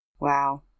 Wow